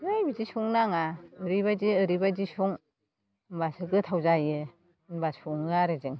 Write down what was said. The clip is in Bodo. है बिदि संनो नङा ओरैबायदि ओरैबायदि सं होमबासो गोथाव जायो होमबा सङो आरो जों